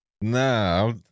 Nah